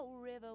river